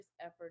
effort